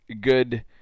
good